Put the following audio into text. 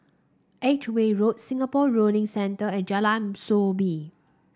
Edgeware Road Singapore Rowing Centre and Jalan Soo Bee